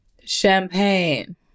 champagne